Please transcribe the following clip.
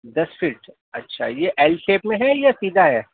دس foot اچھا یہ L shape میں ہے یا سیدھا ہے